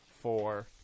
four